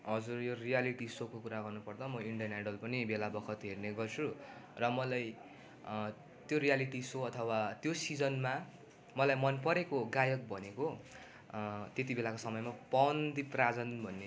हजुर यो रियालिटी सोको कुरा गर्नु पर्दा मो इन्डियन आइडल पनि बेला बखत हेर्ने गर्छु र मलाई त्यो रियालिटी सो अथवा त्यो सिजनमा मलाई मन परेको गायक भनेको त्यत्ति बेलाको समयमा पवान दिप राजन भन्ने